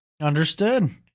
Understood